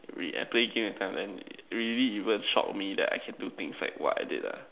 really I play game I tell them really even shock me that I can do things like what I did lah